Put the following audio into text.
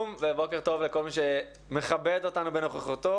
ובוקר טוב לכל מי שמכבד אותנו בנוכחותו.